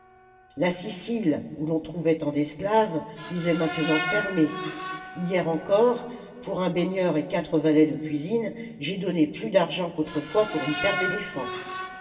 la sicile oii l'on trouvait tant d'esclaves nous est maintenant fermée hier encore pour un baigneur et quatre valets de cuisine j'ai donné plus d'argent qu'autrefois pour une paire d'éléphants